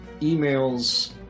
emails